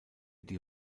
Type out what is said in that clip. die